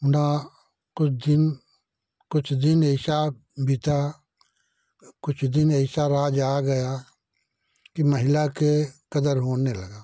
Honda coaching कुछ दिन ऐसा बीता कुछ दिन ऐसा राज आ गया की महिला के कदर होने लगा